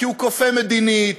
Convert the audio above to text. כי הוא קופא מדינית,